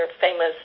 famous